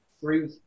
three